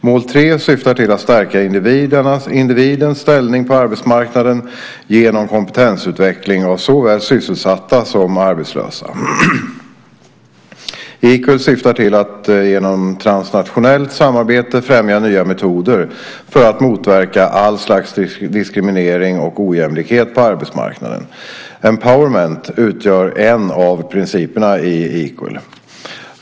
Mål 3 syftar till att stärka individens ställning på arbetsmarknaden genom kompetensutveckling av såväl sysselsatta som arbetslösa. Equal syftar till att genom transnationellt samarbete främja nya metoder för att motverka allt slags diskriminering och ojämlikhet på arbetsmarknaden. "Empowerment" utgör en av principerna i Equal.